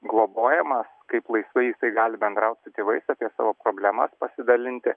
globojamas kaip laisvai jisai gali bendraut su tėvais apie savo problemas pasidalinti